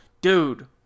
Dude